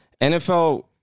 NFL